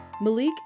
Malik